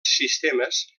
sistemes